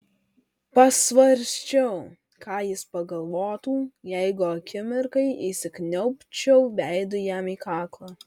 pasvarsčiau ką jis pagalvotų jeigu akimirkai įsikniaubčiau veidu jam į kaklą